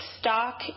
stock